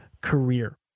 career